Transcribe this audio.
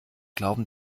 glauben